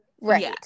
right